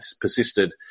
persisted